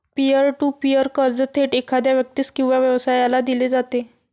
pier to peer कर्ज थेट एखाद्या व्यक्तीस किंवा व्यवसायाला दिले जाते